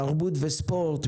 תרבות ספורט,